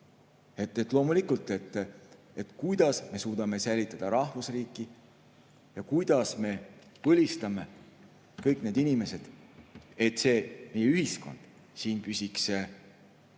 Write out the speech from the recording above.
Loomulikult, kuidas me suudame säilitada rahvusriiki ja kuidas me põlistame kõik need inimesed, nii et meie ühiskond siin püsiks rahulikuna,